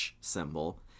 symbol